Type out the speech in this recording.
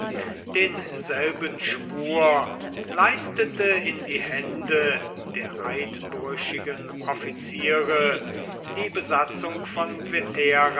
denselben schwur leistete in die hände der eidbrüchigen offiziere die besatzung von